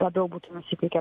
labiau būtų nusiteikę